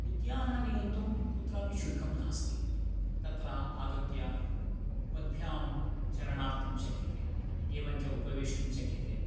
उद्यानानि गन्तुं कुत्रापि शुल्कं नास्ति तत्र आगत्य पद्भ्यां चरणार्थं शक्यते एवं च उपवेष्टुं शक्यते